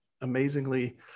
amazingly